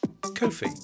Ko-fi